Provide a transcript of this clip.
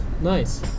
Nice